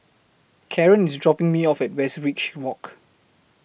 Karon IS dropping Me off At Westridge Walk